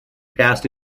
passed